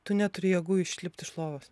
tu neturi jėgų išlipt iš lovos